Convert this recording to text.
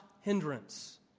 hindrance